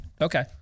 Okay